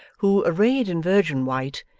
who, arrayed in virgin white,